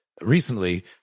recently